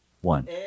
One